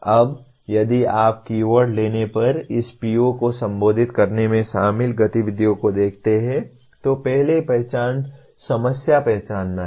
अब यदि आप कीवर्ड लेने पर इस PO को संबोधित करने में शामिल गतिविधियों को देखते हैं तो पहले पहचान समस्या पहचान है